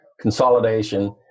consolidation